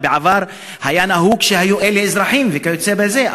בעבר היה נהוג שאלה אזרחים וכיוצא בזה,